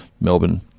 Melbourne